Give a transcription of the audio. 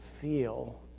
feel